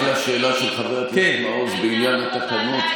רק לשאלה של חבר הכנסת מעוז בעניין התקנות,